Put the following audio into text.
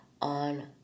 on